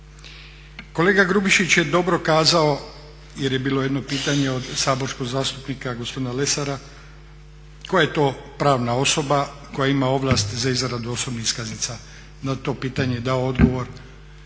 Kolega Grubišić je dobro kazao jer je bilo jedno pitanje od saborskog zastupnika gospodina Lesara, koja je to pravna osoba koja ima ovlast za izradu osobnih iskaznica. Na to pitanje je dao odgovor